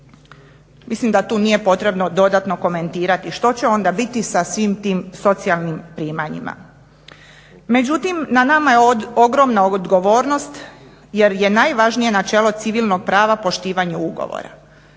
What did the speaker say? Mislim da tu nije potrebno dodatno komentirati što će onda biti sa svim tim socijalnim primanjima. Međutim, na nama je ogromna odgovornost jer je najvažnije načelo civilnog prava poštivanje ugovora.